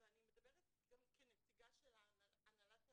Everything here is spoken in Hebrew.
אני מדברת גם כנציגה של הנהלת העמיתה.